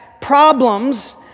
problems